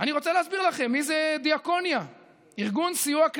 רוצה להרים אצבע לחוק